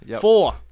Four